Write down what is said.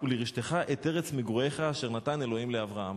לרשתך את ארץ מגוריך אשר נתן ה' לאברהם".